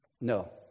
No